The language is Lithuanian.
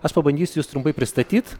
aš pabandysiu jus trumpai pristatyt